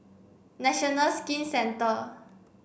National Skin Centre